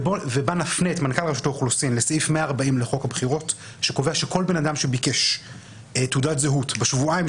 חבר הכנסת מקלב מעלה סוגיה אמיתית שצריך לתת עליה את הדעת.